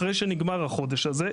אחרי שנגמר החודש הזה,